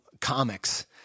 comics